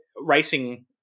Racing